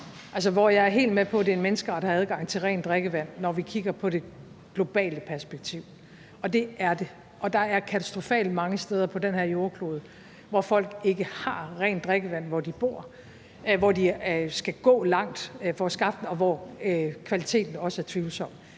jeg er helt med på, at det er en menneskeret at have adgang til rent drikkevand, når vi kigger på det i det globale perspektiv. Og det er det, og der er katastrofalt mange steder på den her jordklode, hvor folk ikke har rent drikkevand, hvor de bor, og hvor de skal gå langt for at skaffe det, og hvor kvaliteten også er tvivlsom.